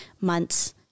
months